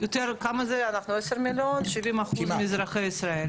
אנחנו תכף נתחיל,